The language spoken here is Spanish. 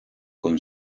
con